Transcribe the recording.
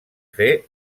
fer